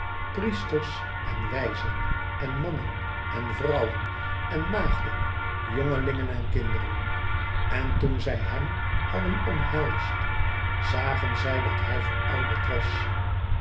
priesters en wijzen en mannen en vrouwen en maagden jongelingen en kinderen en toen zij hem hadden omhelsd zagen zij dat hij verouderd was